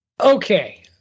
Okay